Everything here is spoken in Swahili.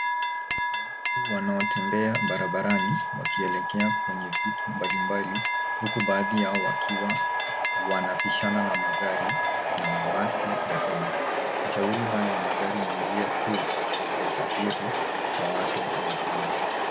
Watu wanaotembea barabarani wakielekea kwenye vituo mbalimbali huku baadhi yao wakiwa wanapishana na magari na mabasi ya umma. Ushauri haya ya magari ni njia kuu ya usafiri kwa watu mjini.